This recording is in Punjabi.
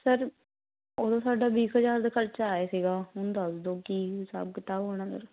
ਸਰ ਉਦੋਂ ਸਾਡਾ ਵੀਹ ਕੁ ਹਜ਼ਾਰ ਦਾ ਖਰਚਾ ਆਇਆ ਸੀਗਾ ਹੁਣ ਦੱਸ ਦਿਓ ਕੀ ਹਿਸਾਬ ਕਿਤਾਬ ਹੋਣਾ ਸਰ